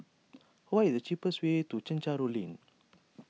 what is the cheapest way to Chencharu Link